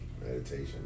Meditation